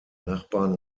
nachbarn